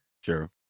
Sure